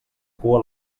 cua